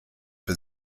für